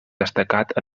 destacat